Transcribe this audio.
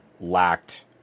lacked